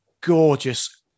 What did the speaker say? gorgeous